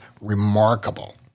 remarkable